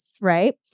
Right